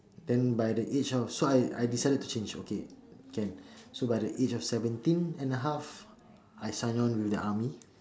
then by the age of so I I decided to change okay can so by the age of seventeen and a half I signed on with the army